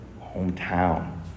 hometown